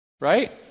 Right